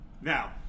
Now